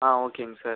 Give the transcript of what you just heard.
ஆ ஓகேங்க சார்